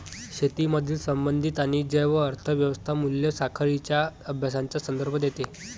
शेतीमधील संबंधित आणि जैव अर्थ व्यवस्था मूल्य साखळींच्या अभ्यासाचा संदर्भ देते